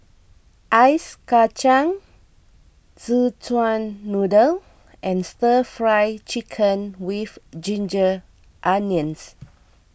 Ice Kacang Szechuan Noodle and Stir Fry Chicken with Ginger Onions